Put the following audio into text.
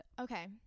Okay